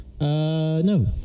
no